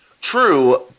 True